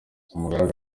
umugaragu